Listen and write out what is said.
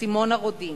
סימונה רודין,